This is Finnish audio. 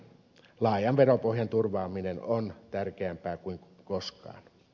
laajan veropohjan turvaaminen on tärkeämpää kuin koskaan